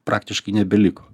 praktiškai nebeliko